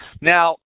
Now